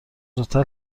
زودتر